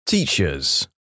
Teachers